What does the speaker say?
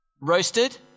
Roasted